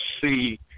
see –